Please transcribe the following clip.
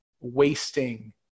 wasting